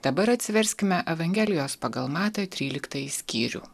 dabar atsiverskime evangelijos pagal matą tryliktąjį skyrių